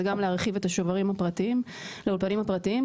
גם להרחיב את השוברים לאולפנים הפרטיים,